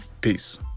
Peace